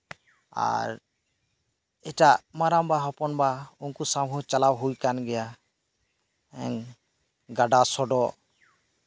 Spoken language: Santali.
ᱟᱨ ᱮᱴᱟᱜ ᱢᱟᱨᱟᱝᱵᱟ ᱦᱚᱯᱚᱱᱵᱟ ᱩᱱᱠᱩ ᱥᱟᱶ ᱦᱚᱸ ᱪᱟᱞᱟᱣ ᱦᱩᱭ ᱟᱠᱟᱱ ᱜᱮᱭᱟ ᱜᱟᱰᱟ ᱥᱚᱰᱚᱜ